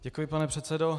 Děkuji, pane předsedo.